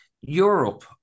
Europe